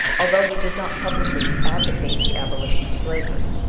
although he did not publicly advocate the abolition of slavery,